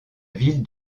ville